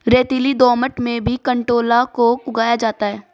रेतीली दोमट में भी कंटोला को उगाया जाता है